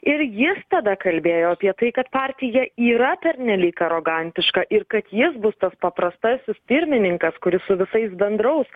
ir jis tada kalbėjo apie tai kad partija yra pernelyg arogantiška ir kad jis bus tas paprastasis pirmininkas kuris su visais bendraus